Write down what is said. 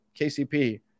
KCP